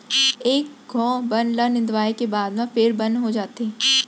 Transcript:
एक घौं बन ल निंदवाए के बाद म फेर बन हो जाथे